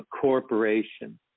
corporation